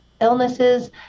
illnesses